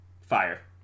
Fire